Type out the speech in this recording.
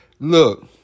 Look